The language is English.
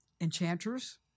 enchanters